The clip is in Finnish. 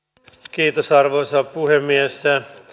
arvoisa puhemies